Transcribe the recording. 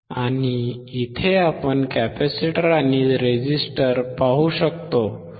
आणि इथे आपण कॅपेसिटर आणि रेझिस्टर पाहू शकतो